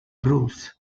bruce